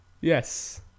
Yes